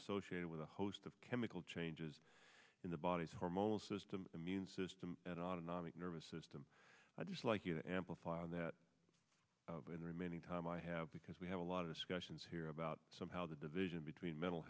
associated with a host of chemical changes in the body's hormonal system immune system and autonomic nervous system i just like you to amplify on that of in the remaining time i have because we have a lot of discussions here about somehow the division between mental